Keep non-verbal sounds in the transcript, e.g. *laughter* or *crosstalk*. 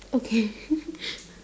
okay *laughs*